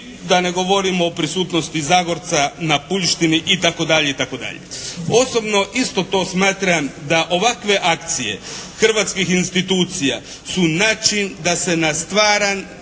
da ne govorimo o prisutnosti Zagorca na puljštini itd. itd. Osobno isto to smatram da ovakve akcije hrvatskih institucija su način da se na stvaran